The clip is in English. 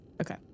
Okay